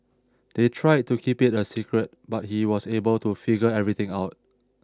they tried to keep it a secret but he was able to figure everything out